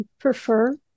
prefer